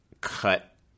cut